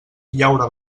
llaura